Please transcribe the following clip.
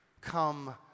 come